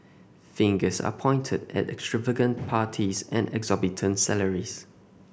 fingers are pointed at extravagant parties and exorbitant salaries